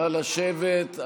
נא לשבת.